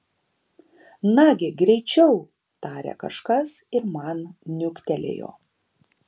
nagi greičiau tarė kažkas ir man niuktelėjo